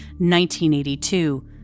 1982